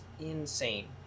insane